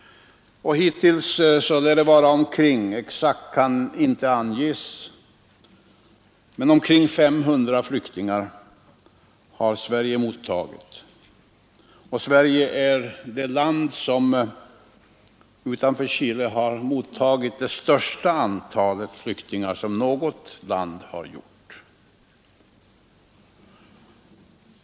Hittills lär Sverige ha mottagit omkring 500 flyktingar — det exakta antalet kan inte anges —, och Sverige är det land utanför Chile som har mottagit det största antal flyktingar som något land mottagit.